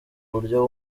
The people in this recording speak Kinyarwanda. buryo